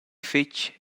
fetg